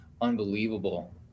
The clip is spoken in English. unbelievable